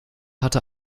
hatte